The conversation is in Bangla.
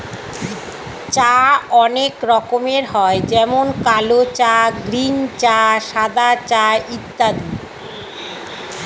চা অনেক রকমের হয় যেমন কালো চা, গ্রীন চা, সাদা চা ইত্যাদি